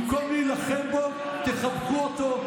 במקום להילחם בו תחבקו אותו.